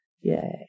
yay